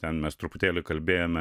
ten mes truputėlį kalbėjome